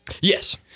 Yes